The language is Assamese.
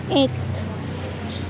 এক